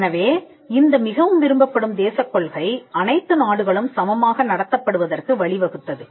எனவே இந்த மிகவும் விரும்பப்படும் தேசக் கொள்கை அனைத்து நாடுகளும் சமமாக நடத்தப்படுவதற்கு வழிவகுத்தது